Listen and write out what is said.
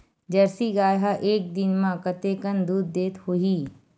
Jersey गाय ह एक दिन म कतेकन दूध देत होही?